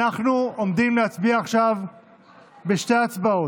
אנחנו עומדים להצביע עכשיו בשתי הצבעות.